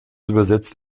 übersetzt